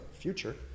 future